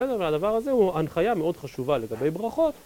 אבל הדבר הזה הוא הנחיה מאוד חשובה לגבי ברכות